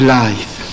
life